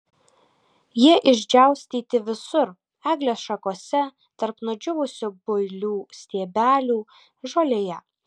jie išdžiaustyti visur eglės šakose tarp nudžiūvusių builių stiebelių žolėje